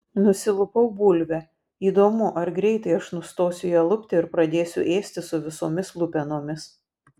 nusilupau bulvę įdomu ar greitai aš nustosiu ją lupti ir pradėsiu ėsti su visomis lupenomis